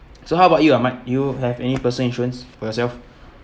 so how about you ahmad do you have any personal insurance for yourself